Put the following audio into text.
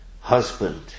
husband